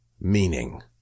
meaning